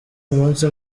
umunsi